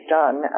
done